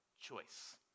choice